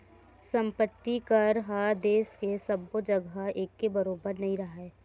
संपत्ति कर ह देस के सब्बो जघा एके बरोबर नइ राहय